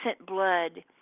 blood